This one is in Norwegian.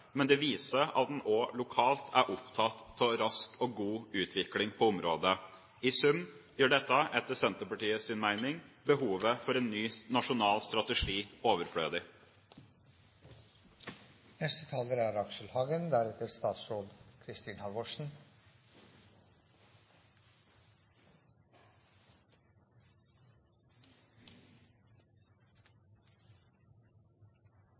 men det viser at en også lokalt er opptatt av rask og god utvikling på området. I sum gjør dette, etter Senterpartiets mening, behovet for en ny nasjonal strategi